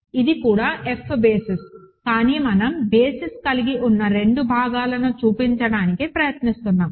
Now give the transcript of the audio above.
ఇది కూడా F basis కానీ మనం బేసిస్ కలిగి ఉన్న రెండు భాగాలను చూపించడానికి ప్రయత్నిస్తున్నాము